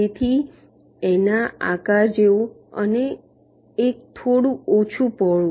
તેથી એક આના આકાર જેવું અને એક થોડું ઓછું પહોળું